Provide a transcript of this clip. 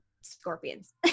scorpions